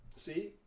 See